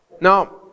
Now